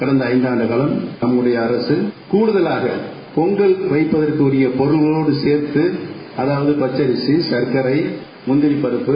கடந்த ஐந்தாண்டு காலம் நம்முடைய அரசு கூடுதலாக பொங்கல் வைப்பதற்குரிய பொருள்களோடு சேர்த்து அதாவது பச்சரிசி சர்க்கரை முந்திரிப் பருப்பு